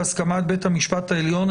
בהסכמת בית המשפט העליון,